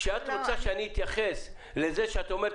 כשאת רוצה שאני אתייחס לזה שאת אומרת,